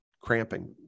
cramping